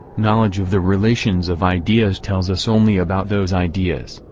knowledge of the relations of ideas tells us only about those ideas,